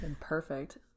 perfect